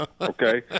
Okay